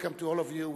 Welcome to all of you.